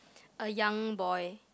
a young boy